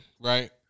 right